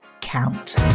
count